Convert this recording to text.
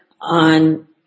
on